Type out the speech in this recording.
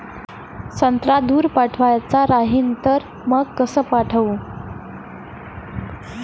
संत्रा दूर पाठवायचा राहिन तर मंग कस पाठवू?